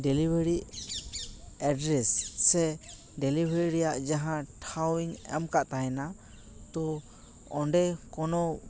delivery address ᱥᱮ delivery ᱨᱮᱭᱟᱜ ᱡᱟᱦᱟᱸ ᱴᱷᱟᱶ ᱤᱧ ᱮᱢ ᱠᱟᱫ ᱛᱟᱦᱮᱱᱟ ᱛᱚ ᱚᱸᱰᱮ ᱠᱳᱱᱳ